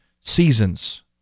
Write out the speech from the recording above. seasons